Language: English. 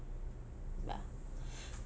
ya